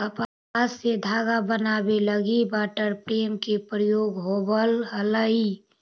कपास से धागा बनावे लगी वाटर फ्रेम के प्रयोग होवऽ हलई